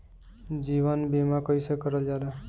जीवन बीमा कईसे करल जाला?